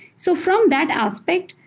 so from that aspect,